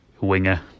winger